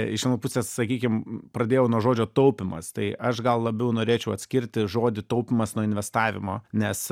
iš mano pusės sakykim pradėjau nuo žodžio taupymas tai aš gal labiau norėčiau atskirti žodį taupymas nuo investavimo nes